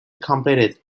completed